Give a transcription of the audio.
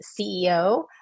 CEO